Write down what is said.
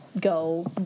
go